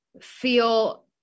feel